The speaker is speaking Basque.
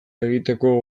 egiteko